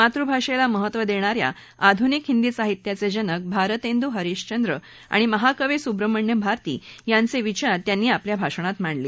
मातृभाषेला महत्त्व देणा या आधुनिक हिंदी साहित्याचे जनक भारतेन्दु हरिशचंद्र आणि महाकवी सुब्रमण्यम भारती यांचे विचार त्यांनी आपल्या भाषणात मांडले